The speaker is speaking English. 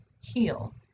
heal